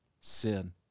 sin